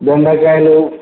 దొండకాయలు